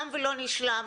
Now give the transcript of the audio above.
תם ולא נשלם,